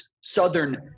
Southern